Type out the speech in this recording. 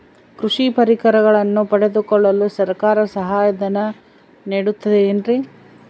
ಕೃಷಿ ಪರಿಕರಗಳನ್ನು ಪಡೆದುಕೊಳ್ಳಲು ಸರ್ಕಾರ ಸಹಾಯಧನ ನೇಡುತ್ತದೆ ಏನ್ರಿ?